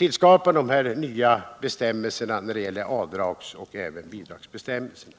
inför de här nya avdragsoch bidragsbestämmelserna.